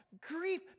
grief